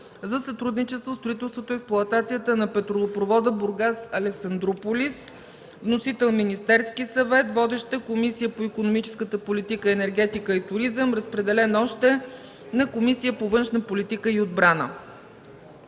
за сътрудничество в строителството и експлоатацията на петролопровода Бургас – Александропулис. Вносител – Министерският съвет. Водеща е Комисията по икономическата политика, енергетика и туризъм. Разпределен е още на Комисията по външна политика и отбрана.